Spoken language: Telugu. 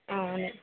అవును